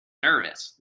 nervous